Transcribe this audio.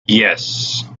yes